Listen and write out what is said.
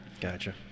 Gotcha